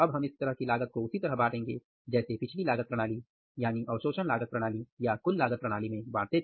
हम इस लागत को उसी तरह बाटेंगे जैसे पिछले लागत प्रणाली यानी अवशोषण लागत प्रणाली या कुल लागत प्रणाली में बांटते थे